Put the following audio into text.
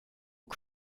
que